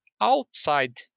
outside